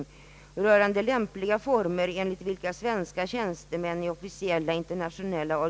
Jag ber,